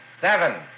seven